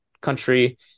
country